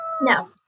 No